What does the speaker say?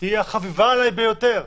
היא החביבה עליי ביותר.